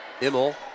Immel